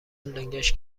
لنگش